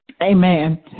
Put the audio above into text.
Amen